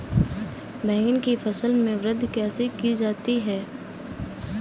बैंगन की फसल में वृद्धि कैसे की जाती है?